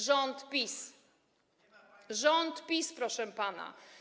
Rząd PiS - rząd PiS, proszę pana.